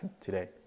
today